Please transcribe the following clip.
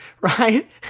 right